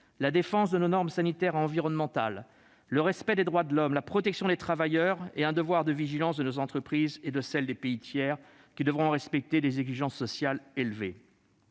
la défense de nos normes sanitaires et environnementales, le respect des droits de l'homme, la protection des travailleurs et un devoir de vigilance de nos entreprises et de celles des pays tiers, qui devront respecter des exigences sociales élevées.